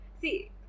See